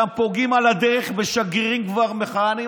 ועל הדרך גם פוגעים בשגרירים שכבר מכהנים,